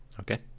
Okay